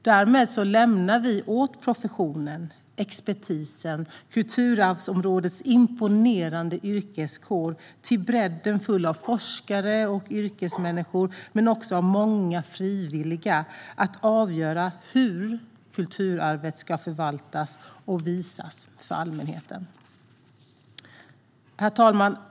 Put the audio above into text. Därmed lämnar vi åt professionen och expertisen - kulturarvsområdets imponerande yrkeskår, till brädden full av forskare och yrkesmänniskor liksom många frivilliga - att avgöra hur kulturarvet ska förvaltas och visas för allmänheten. Herr talman!